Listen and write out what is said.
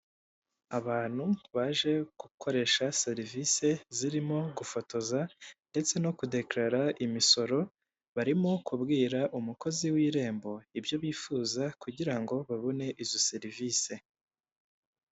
Abantu baje gukoresha serivise zirimo gufotoza ndetse no kudekarara imisoro barimo kubwira umukozi w'irembo ibyo bifuza kugira ngo babone izo serivise.